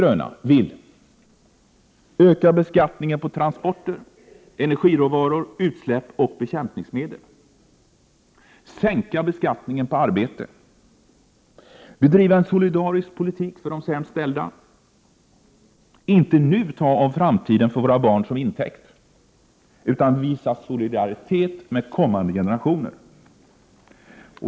öka beskattningen på transporter, energiråvaror, utsläpp och bekämpningsmedel, sänka beskattningen på arbete, bedriva en solidarisk politik för de sämst ställda, inte nu ta framtiden för våra barn som intäkt utan visa solidaritet med kommande generationer.